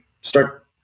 start